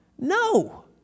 No